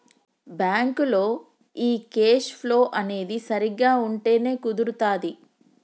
బ్యాంకులో ఈ cash flow అనేది సరిగ్గా ఉంటేనే కుదురుతాది